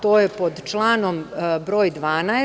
To je pod članom broj 12.